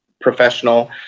professional